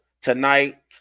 tonight